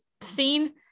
scene